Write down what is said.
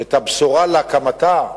את הבשורה להקמת המדינה,